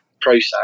process